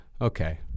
okay